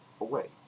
away